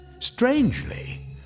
Strangely